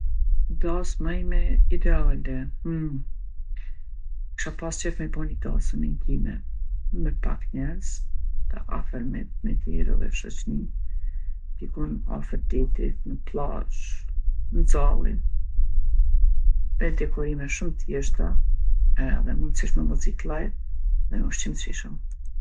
Darsma ime ideale kisha pas qejf me bo ni darsëm intime, me pak njerz, të afërmit mi thirr edhe shoqninë, dikun afër detit, n'pllazhë, n'zalli me dekorime shumë t'thjeshta edhe mundsisht me muzikë llajv, me ushqim t'shijshëm.